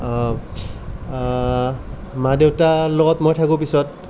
মা দেউতা লগত মই থাকোঁ পিছত